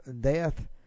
death